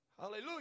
Hallelujah